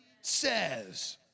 says